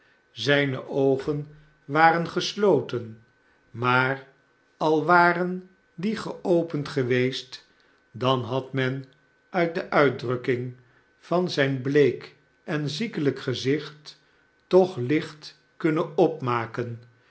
zijne oogen waren gesloten maar al waren die geopend geweest dan had men uit de uitdrukking van zijn bleek en ziekelijk gezicht toch licht kunnen opmaken